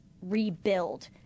rebuild